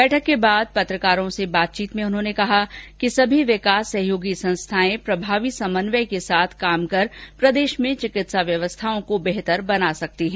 बैठक के बाद पत्रकारों के बातचीत में उन्होंने कहा कि सभी विकास सहयोगी संस्थाएं प्रभावी समन्वय के साथ काम कर प्रदेश में चिकित्सा व्यवस्थाओ को बेहतरीन बना सकती है